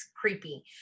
creepy